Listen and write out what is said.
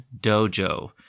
dojo